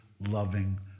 loving